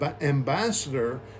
ambassador